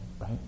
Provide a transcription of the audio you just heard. right